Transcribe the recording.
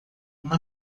uma